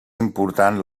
important